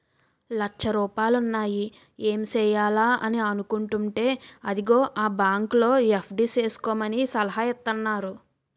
లచ్చ రూపాయలున్నాయి ఏం సెయ్యాలా అని అనుకుంటేంటే అదిగో ఆ బాంకులో ఎఫ్.డి సేసుకోమని సలహా ఇత్తన్నారు